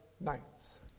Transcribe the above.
nights